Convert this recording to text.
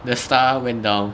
the star went down